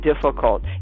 difficult